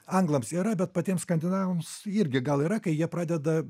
anglams yra bet patiems skandinavams irgi gal yra kai jie pradeda